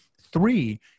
three